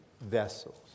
vessels